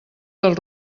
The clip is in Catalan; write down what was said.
del